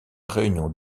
réunion